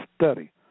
Study